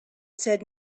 said